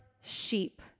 sheep